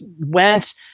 went